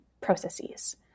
processes